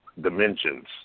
dimensions